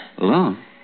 Alone